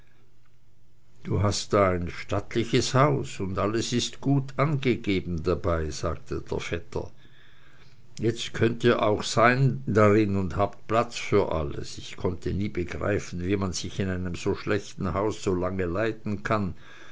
du hast da ein stattliches haus und alles ist gut angegeben dabei sagte der vetter jetzt könnt ihr auch sein darin und habt platz für alles ich konnte nie begreifen wie man sich in einem so schlechten hause so lange leiden kann